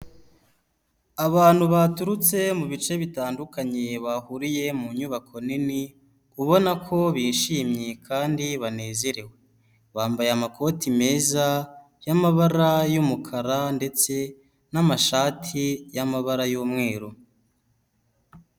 Abantu baturutse mu bice bitandukanye bahuriye mu nyubako nini ubona ko bishimye kandi banezerewe, bambaye amakoti meza y'amabara y'umukara ndetse n'amashati y'amabara y'umweru.